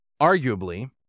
arguably